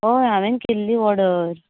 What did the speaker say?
हय हांवें केल्ली ऑडर